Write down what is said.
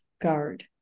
guard